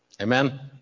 Amen